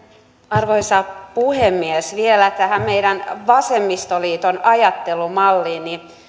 arvoisa puhemies vielä tähän meidän vasemmistoliiton ajattelumalliin